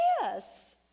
Yes